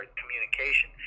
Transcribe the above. communication